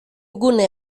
gune